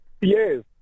Yes